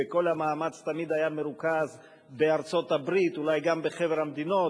וכל המאמץ תמיד היה מרוכז בארצות-הברית ואולי גם בחבר המדינות,